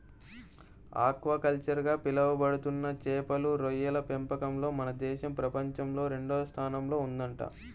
aquaculture గా పిలవబడుతున్న చేపలు, రొయ్యల పెంపకంలో మన దేశం ప్రపంచంలోనే రెండవ స్థానంలో ఉందంట